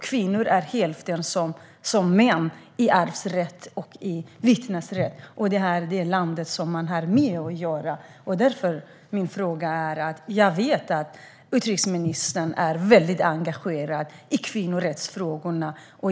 Kvinnors arvsrätt och vittnesrätt är bara hälften av männens. Sådant är det land man har att göra med. Jag vet att utrikesministern är väldigt engagerad i kvinnorättsfrågorna.